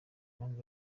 mpamvu